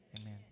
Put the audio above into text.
Amen